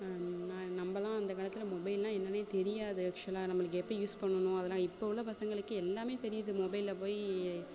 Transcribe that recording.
ந நம்மளாம் அந்த காலத்தில் மொபைல்ன்னா என்னன்னே தெரியாது ஆக்ச்சுவலாக நம்மளுக்கு எப்படி யூஸ் பண்ணணும் அதெலாம் இப்போ உள்ள பசங்களுக்கு எல்லாம் தெரியது மொபைலில் போய்